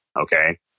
Okay